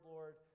Lord